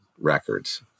records